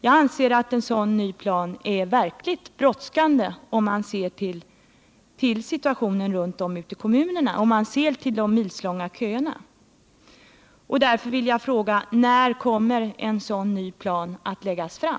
Jag anser att en sådan plan är verkligt brådskande, om man ser på situationen ute i kommunerna, där man har milslånga köer. Jag vill fråga: När kommer en sådan plan att läggas fram?